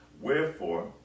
Wherefore